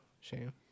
shame